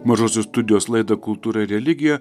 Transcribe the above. mažosios studijos laidą kultūra religija